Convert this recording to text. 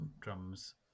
drums